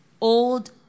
old